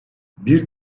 bir